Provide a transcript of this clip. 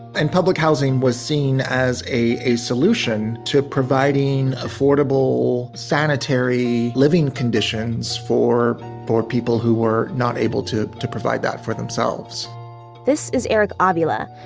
and public housing was seen as a a solution to providing affordable, sanitary, living conditions for poor people who were not able to to provide that for themselves this is eric ah avila,